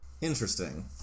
Interesting